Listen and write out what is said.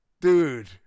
Dude